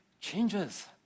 changes